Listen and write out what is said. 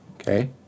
Okay